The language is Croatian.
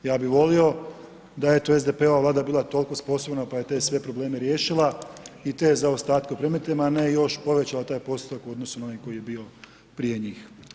Ja bi volio, da je SDP-ova vlada bila toliko sposobna, pa je te sve probleme riješila i te zaostatke u predmetima, a ne još povećala taj postotak u odnosu na onaj koji je bio prije njih.